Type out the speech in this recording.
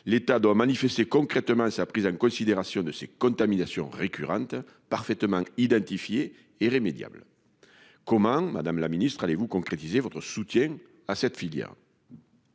L'État doit manifester concrètement sa prise en considération de ces contaminations récurrente parfaitement identifiés et irrémédiable. Commun. Madame la ministre allez-vous concrétiser votre soutien à cette filière.